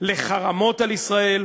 לחרמות על ישראל